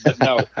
no